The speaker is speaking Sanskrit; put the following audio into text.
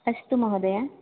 अस्तु महोदये